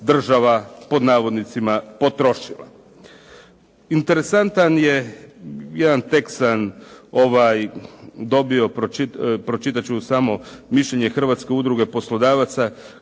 država pod navodnicima potrošila. Interesantan je, jedan tekst sam dobio, pročitat ću samo mišljenje Hrvatske udruge poslodavaca